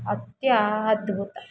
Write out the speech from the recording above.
ಅತ್ಯ ಅದ್ಭುತ